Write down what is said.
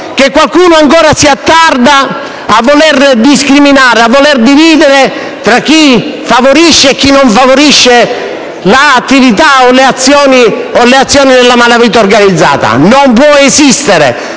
che qualcuno ancora si attarda a voler discriminare e distinguere tra chi favorisce e chi non favorisce l'attività o le azioni della malavita organizzata. Non può esistere: